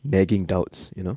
nagging doubts you know